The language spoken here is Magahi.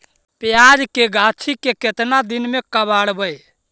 प्याज के गाछि के केतना दिन में कबाड़बै?